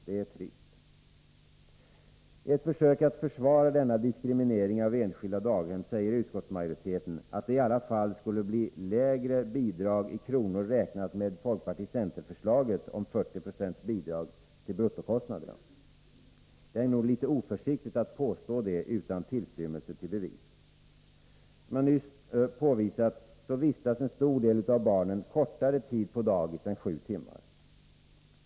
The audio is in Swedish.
Det är trist. I ett försök att försvara denna diskriminering av enskilda daghem säger utskottsmajoriteten, att det i alla fall skulle bli lägre bidrag i kronor räknat med folkparti-centerpartiförslaget om 40 26 bidrag till bruttokostnaderna. Det är nog litet oförsiktigt att påstå detta utan tillstymmelse till bevis. Som jag nyss påvisat vistas en stor del av barnen kortare tid på dagis än sju timmar.